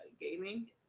gaming